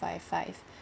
five five